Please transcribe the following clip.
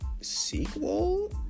sequel